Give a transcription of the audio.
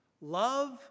love